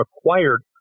acquired